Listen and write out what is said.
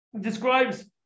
describes